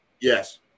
Yes